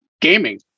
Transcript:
gaming